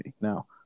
Now